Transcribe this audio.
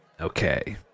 Okay